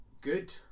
good